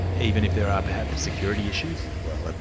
even if there are perhaps security issues? well,